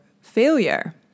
failure